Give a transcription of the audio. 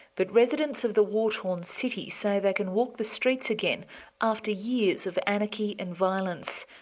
but residents of the war-torn city say they can walk the streets again after years of anarchy and violence.